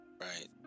right